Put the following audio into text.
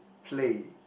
play